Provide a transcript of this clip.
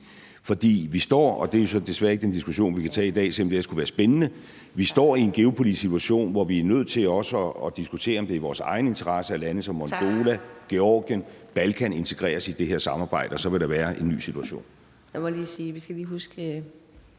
For vi står – og det er jo så desværre ikke den diskussion, vi kan tage i dag, selv om det ellers kunne være spændende – i en geopolitisk situation, hvor vi er nødt til også at diskutere, om det er i vores egen interesse, at lande som Moldova, Georgien, Balkan integreres i det her samarbejde, og så vil der være en ny situation.